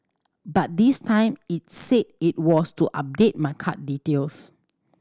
but this time its said it was to update my card details